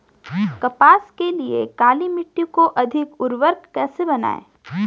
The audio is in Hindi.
कपास के लिए काली मिट्टी को अधिक उर्वरक कैसे बनायें?